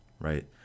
right